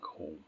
home